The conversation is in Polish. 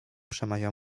przemawia